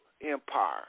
empire